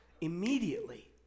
immediately